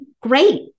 Great